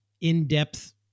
in-depth